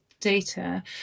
data